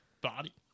body